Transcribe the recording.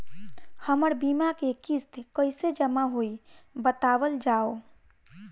हमर बीमा के किस्त कइसे जमा होई बतावल जाओ?